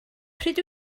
pryd